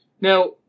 now